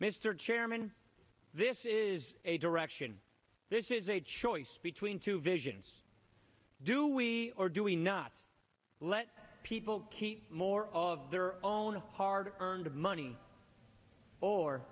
mr chairman this is a direction this is a choice between two visions do we or do we not let people keep more of their own hard earned money or